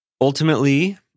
Ultimately